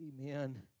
Amen